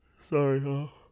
sorry